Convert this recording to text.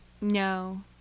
no